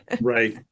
Right